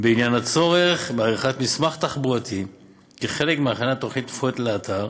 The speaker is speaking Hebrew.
בעניין הצורך בעריכת מסמך תחבורתי כחלק מהכנת תוכנית מפורטת לאתר,